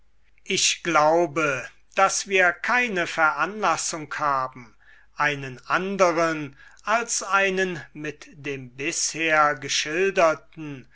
ich glaube daß wir keine veranlassung haben einen anderen als einen mit dem bisher geschilderten